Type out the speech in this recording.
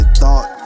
thought